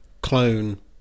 clone